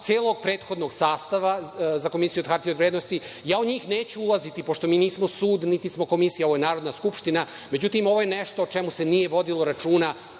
celog prethodnog sastava za Komisiju za hartije od vrednosti. Ja u njih neću ulaziti pošto mi nismo sud niti smo komisija, ovo je Narodna skupština. Međutim, ovo je nešto o čemu se nije vodilo računa